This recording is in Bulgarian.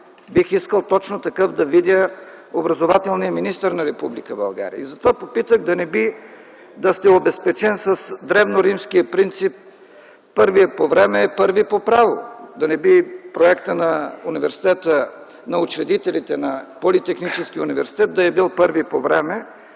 Бих искал точно такъв да видя образователния министър на Република България. И затова попитах да не би да сте обезпечен с древноримския принцип „Първият по време – първи по право”. Затова попитах да не би проектът на учредителите на Политехническия университет да е бил първи по време.